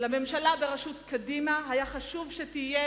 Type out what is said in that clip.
לממשלה בראשות קדימה היה חשוב שתהיה